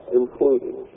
including